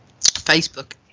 Facebook